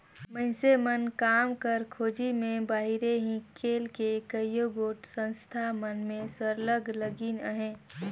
मइनसे मन काम कर खोझी में बाहिरे हिंकेल के कइयो गोट संस्था मन में सरलग लगिन अहें